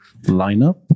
lineup